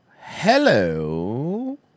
hello